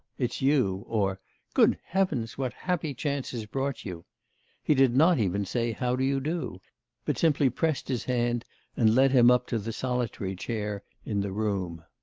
it's you or good heavens, what happy chance has brought you he did not even say, how do you do but simply pressed his hand hand and led him up to the solitary chair in the room.